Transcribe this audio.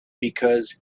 because